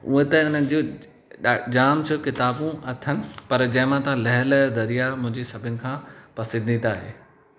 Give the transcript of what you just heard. हूअ त हुन जूं ॾाढी जाम सौ किताबूं अथनि पर जंहिंमें त लहर लहर दरिया मुंहिंजी सभिनि खां पसंदीदा आहे